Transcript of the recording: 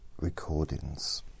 recordings